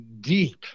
deep